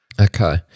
Okay